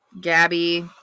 Gabby